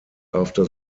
after